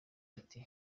ati